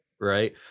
right